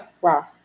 Wow